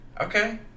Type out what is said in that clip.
Okay